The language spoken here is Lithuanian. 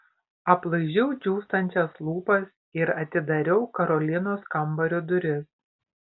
aplaižiau džiūstančias lūpas ir atidariau karolinos kambario duris